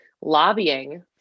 lobbying